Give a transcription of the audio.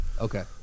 Okay